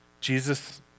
Jesus